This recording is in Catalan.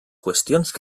qüestions